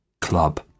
club